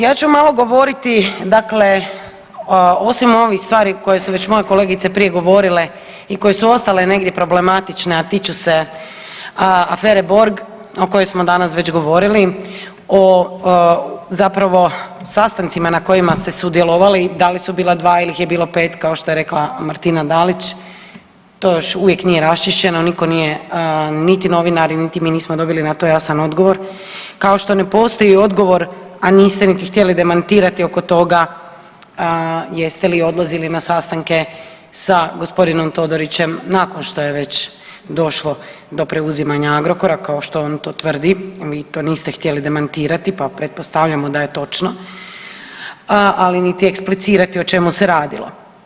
Ja ću malo govoriti, dakle, osim ovih stvari koje su već moje kolegice prije govorile i koje su ostale negdje problematične a tiču se afere Borg o kojoj smo danas već govorili, o zapravo sastancima na kojima ste sudjelovali, da li su bila dva ili je bilo pet kao što je rekla Martina Dalić to još uvijek nije raščišćeno niko nije niti novinari niti mi na to dobili jasan odgovor, kao što ne postoji odgovor a niste niti htjeli demantirati oko toga jeste li odlazili na sastanke sa gospodinom Todorićem nakon što je već došlo do preuzimanja Agrokora kao što on to tvrdi, vi to niste htjeli demantirati pa pretpostavljamo da je točno, ali niti eksplicirati o čemu se radilo.